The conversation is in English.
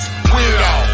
Weirdo